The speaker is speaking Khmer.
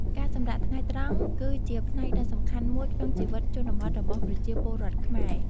ការសម្រាកថ្ងៃត្រង់គឺជាផ្នែកដ៏សំខាន់មួយក្នុងជីវិតជនបទរបស់ប្រជាពលរដ្ឋខ្មែរ។